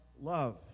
love